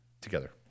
together